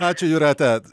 ačiū jūrate